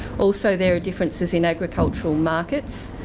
also there are differences in agricultural markets.